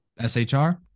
SHR